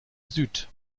süd